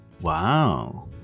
Wow